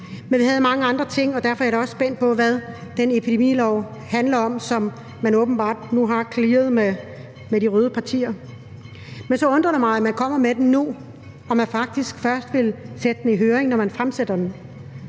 Men vi havde mange andre ting, og derfor er jeg da også spændt på, hvad den epidemilov, som man åbenbart nu har clearet med de røde partier, handler om. Men det undrer mig så, at man kommer med den nu, og at man faktisk først vil sætte den i høring, når man fremsætter den.